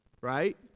Right